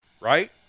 Right